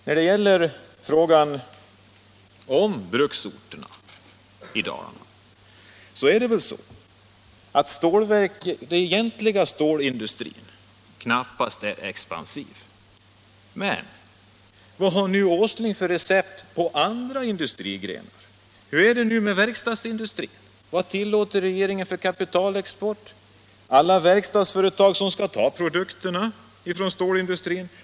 När det gäller frågan om bruksorterna i dag är väl läget det att den nationella stålindustrin knappast är expansiv. Men vad har herr Åsling för recept? Har han förslag när det gäller andra industrigrenar? Hur är det med verkstadsindustrin? Vad tillåter regeringen för kapitalexport? Var finns alla verkstadsföretag som skall ta produkterna från stålindustrin?